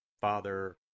Father